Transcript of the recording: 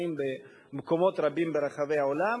שנמצאים במקומות רבים ברחבי העולם,